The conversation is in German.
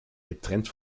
getrennt